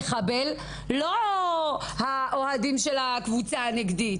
"מחבל" לא האוהדים של הקבוצה הנגדית